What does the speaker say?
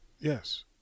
yes